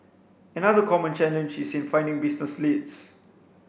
another common challenge is in finding business leads